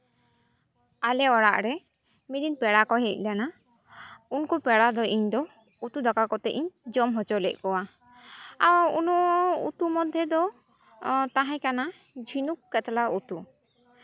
ᱟᱞᱮ ᱚᱲᱟᱜ ᱨᱮ ᱢᱤᱫᱫᱤᱱ ᱯᱮᱲᱟ ᱠᱚ ᱦᱮᱡ ᱞᱮᱱᱟ ᱩᱱᱠᱩ ᱯᱮᱲᱟ ᱫᱚ ᱤᱧ ᱫᱚ ᱩᱛᱩ ᱫᱟᱠᱟ ᱠᱟᱛᱮᱫ ᱤᱧ ᱡᱚᱢ ᱦᱚᱪᱚ ᱞᱮᱫ ᱠᱚᱣᱟ ᱟᱨ ᱩᱱᱟᱹᱜ ᱩᱛᱩ ᱢᱫᱽᱫᱷᱮ ᱫᱚ ᱛᱟᱦᱮᱸ ᱠᱟᱱᱟ ᱡᱷᱤᱱᱩᱠ ᱠᱟᱛᱞᱟ ᱩᱛᱩ